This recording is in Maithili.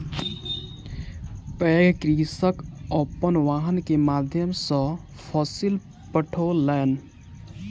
पैघ कृषक अपन वाहन के माध्यम सॅ फसिल पठौलैन